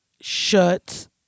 Shut